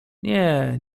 nie